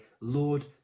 Lord